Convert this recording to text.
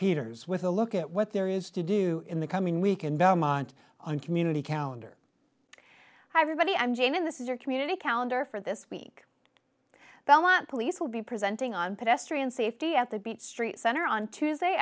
peters with a look at what there is to do in the coming week in belmont on community counter hi everybody i'm jane in this is your community calendar for this week belmont police will be presenting on pedestrian safety at the beat street center on tuesday